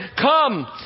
come